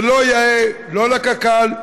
זה לא יאה לא לקק"ל,